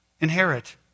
inherit